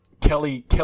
Kelly